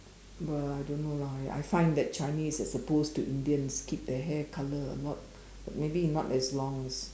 but I don't know lah I find that Chinese as opposed to Indians keep their hair color a lot but maybe not as long as